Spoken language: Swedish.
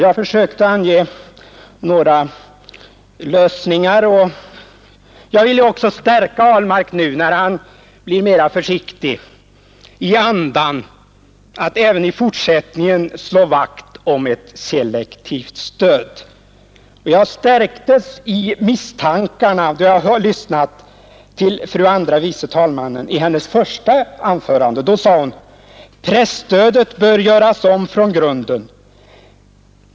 Jag försökte ange några lösningar, och jag hoppas också att herr Ahlmark nu när han blivit mera försiktig i anden skall i fortsättningen slå vakt om ett selektivt stöd. Jag stärktes i de tankarna då jag lyssnade till fru andre vice talmannen när hon höll sitt första anförande. Då sade hon: Presstödet bör göras om från grunden.